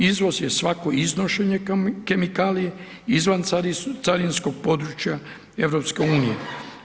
Izvoz je svako iznošenje kemikalije izvan carinskog područja Europske unije.